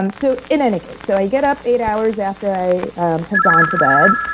um so, in any case, so i get up eight hours after i have gone to bed.